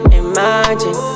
imagine